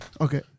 Okay